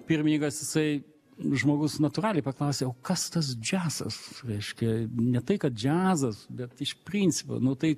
pirmininkas jisai žmogus natūraliai paklausė o kas tas džiazas reiškia ne tai kad džiazas bet iš principo nu tai